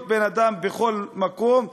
להיות בן-אדם בכל מקום.